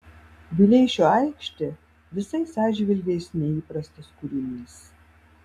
vileišio aikštė visais atžvilgiais neįprastas kūrinys